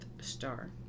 star